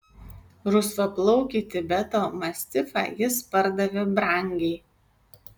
rusvaplaukį tibeto mastifą jis pardavė brangiai